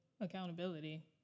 accountability